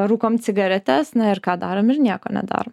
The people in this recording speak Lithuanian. rūkom cigaretes ir ką darom ir nieko nedaro